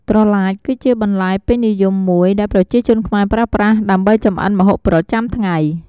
ត្រឡាចគឺជាបន្លែពេញនិយមមួយដែលប្រជាជនខ្មែរប្រើប្រាស់ ដើម្បីចម្អិនម្ហូបប្រចាំថ្ងៃ។